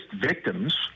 victims